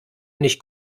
nicht